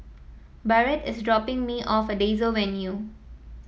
Barrett is dropping me off at Daisy Avenue